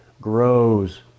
grows